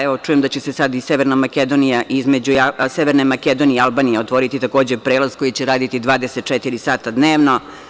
Evo, čujem da će se sada i između Severne Makedonije i Albanije otvoriti takođe prelaz koji će raditi 24 sata dnevno.